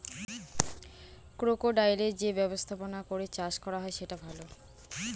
ক্রোকোডাইলের যে ব্যবস্থাপনা করে চাষ করা হয় সেটা ভালো